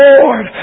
Lord